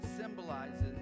symbolizes